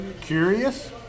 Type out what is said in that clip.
Curious